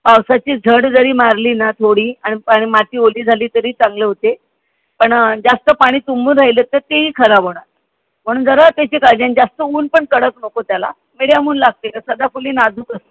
पावसाची झड जरी मारली ना थोडी आणि पण माती ओली झाली तरी चांगलं होते पण जास्त पाणी तुंबून राहिलं तर तेही खराब होणार म्हणून जरा त्याची काळजी आणि जास्त ऊन पण कडक नको त्याला मीडियम ऊन लागते न सदाफुली नाजूक असं